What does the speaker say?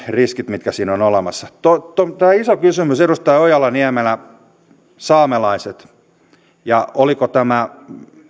riskit mitkä siinä on olemassa tämä on iso kysymys edustaja ojala niemelä koskien saamelaisia ja sitä oliko tämä